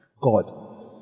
God